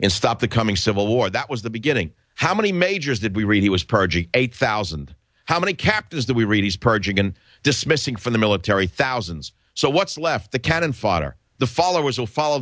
in stop the coming civil war that was the beginning how many majors did we read he was purging eight thousand how many kept is that we reduced purging and dismissing from the military thousands so what's left the cannon fodder the followers will follow